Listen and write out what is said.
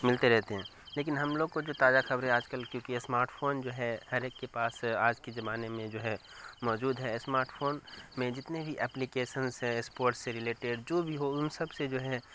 ملتے رہتے ہیں لیکن ہم لوگ کو جو تازہ خبریں آجکل کیوںکہ اسمارٹ فون جو ہے ہر ایک کے پاس آج کے زمانہ میں جو ہے موجود ہے اسمارٹ فون میں جتنے بھی اپلی کیشنز ہیں اسپورٹ سے رلیٹیڈ جو بھی ہو ان سب سے جو ہے